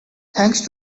thanks